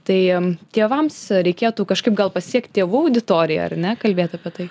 tai tėvams reikėtų kažkaip gal pasiekt tėvų auditoriją ar ne kalbėt apie tai